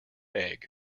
egg